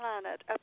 planet